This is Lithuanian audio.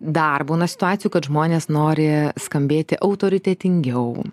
dar būna situacijų kad žmonės nori skambėti autoritetingiau